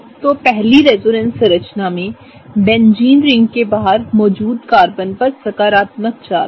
तो पहली रेजोनेंस संरचना में बेंजीन रिंग के बाहर मौजूद कार्बन पर सकारात्मक चार्ज है